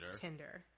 Tinder